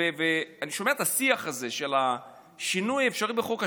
ואני שומע את השיח הזה של השינוי האפשרי בחוק השבות,